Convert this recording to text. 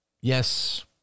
Yes